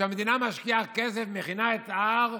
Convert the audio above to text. שהמדינה משקיעה כסף, מכינה את ההר.